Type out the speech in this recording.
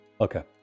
Okay